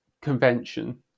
convention